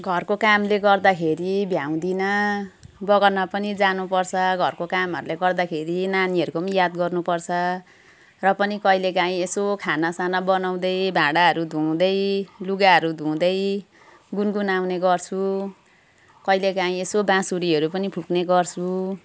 घरको कामले गर्दाखेरि भ्याउँदिनँ बगानमा पनि जानुपर्छ घरको कामहरूले गर्दाखेरि नानीहरूको पनि याद गर्नुपर्छ र पनि कहिलेकाहीँ यसो खानासाना बनाउँदै भाँडाहरू धुँदै लुगाहरू धुँदै गुनगुनाउने गर्छु कहिलेकाहीँ यसो बाँसुरीहरू पनि फुक्ने गर्छु